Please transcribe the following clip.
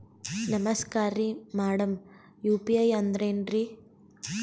ನಮಸ್ಕಾರ್ರಿ madam UPI ಅಂದ್ರೆನ್ರಿ?